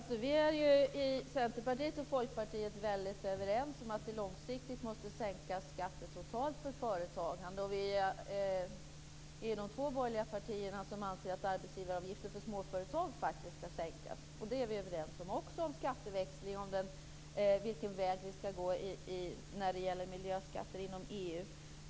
Fru talman! Centerpartiet och Folkpartiet är väldigt överens om att de totala skatterna för företagande långsiktigt måste sänkas. Centern och Folkpartiet är de två borgerliga partier som anser att arbetsgivaravgiften för småföretag faktiskt skall sänkas. Det är vi överens om. Vi är också överens om skatteväxling och om vilken väg vi skall gå när det gäller miljöskatter inom EU.